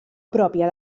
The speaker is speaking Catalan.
pròpia